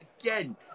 Again